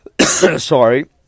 Sorry